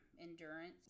endurance